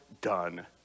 done